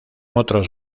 otros